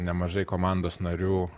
nemažai komandos narių